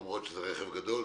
הערות?